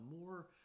more –